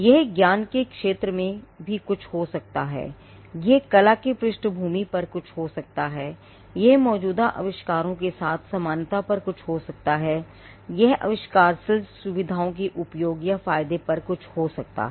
यह ज्ञान के क्षेत्र के बारे में कुछ भी हो सकता है यह कला की पृष्ठभूमि पर कुछ हो सकता है यह मौजूदा आविष्कारों के साथ समानता पर कुछ हो सकता है यह आविष्कारशील सुविधाओं के उपयोग या फायदेपर कुछ हो सकता है